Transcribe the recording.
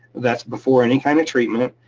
that's before any kind of treatment,